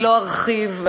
לא ארחיב,